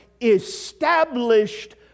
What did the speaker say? established